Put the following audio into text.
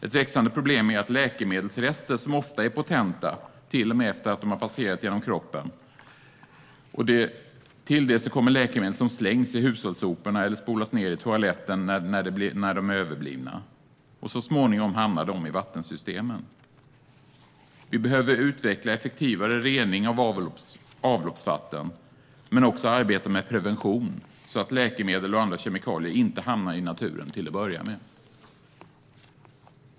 Ett växande problem är läkemedelsrester, som ofta är potenta till och med efter att de har passerat kroppen. Till detta kommer överblivna läkemedel som slängs i hushållssoporna eller spolas ned i toaletten och så småningom hamnar i vattensystemen. Vi behöver utveckla effektivare rening av avloppsvatten men också arbeta med prevention så att läkemedel och andra kemikalier inte hamnar i naturen till att börja med.